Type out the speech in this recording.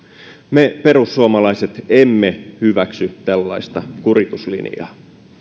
me perussuomalaiset emme hyväksy tällaista kurituslinjaa